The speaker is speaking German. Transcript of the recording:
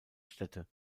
städte